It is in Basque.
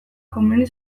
komeni